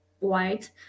white